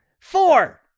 four